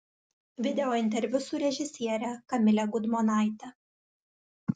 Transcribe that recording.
video interviu su režisiere kamile gudmonaite